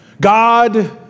God